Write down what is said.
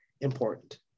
important